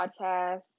podcast